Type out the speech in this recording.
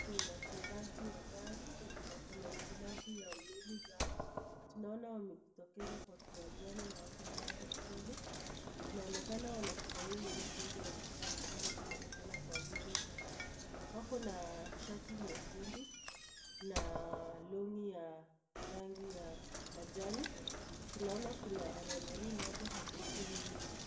Ni wachezaji hodari wenye wako na hitilafu ya miili zao, tunaona wamejitokeza kwa kiwanjani na wako tayari kucheza. Inaonekana wanafurahia hiyo mchezo wanataka kucheza kuonekana kwa nyuso zao, wako na shati nyekundu na longi ya rangi ya majani, tunaona kuna referee mmoja ako huko nyuma.